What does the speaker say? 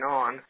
on